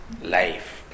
life